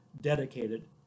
dedicated